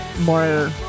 more